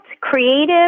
creative